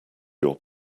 your